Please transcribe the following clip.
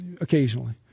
occasionally